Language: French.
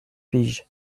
piges